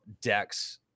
decks